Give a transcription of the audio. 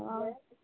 हय